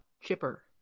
Chipper